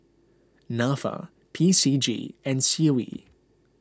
Nafa P C G and C O E